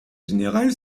générale